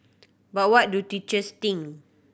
but what do teachers think